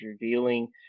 revealing